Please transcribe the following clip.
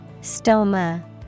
Stoma